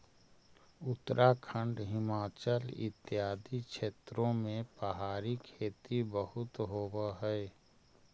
उत्तराखंड, हिमाचल इत्यादि क्षेत्रों में पहाड़ी खेती बहुत होवअ हई